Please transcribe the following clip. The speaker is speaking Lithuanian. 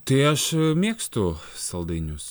tai aš mėgstu saldainius